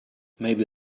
maybe